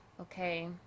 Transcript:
Okay